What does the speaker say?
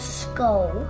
school